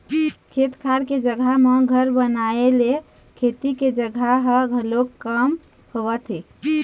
खेत खार के जघा म घर बनाए ले खेती के जघा ह घलोक कम होवत हे